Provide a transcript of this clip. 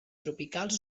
tropicals